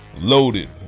Loaded